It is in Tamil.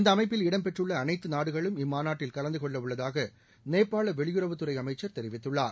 இந்த அமைப்பில் இடம் பெற்றுள்ள அனைத்து நாடுகளும் இம்மாநாட்டில் கலந்துகொள்ளவுள்ளதாக நேபாள வெளியுறவுத்துறை அமைச்ச் தெரிவித்துள்ளார்